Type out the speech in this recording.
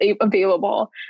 available